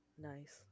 Nice